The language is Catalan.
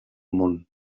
món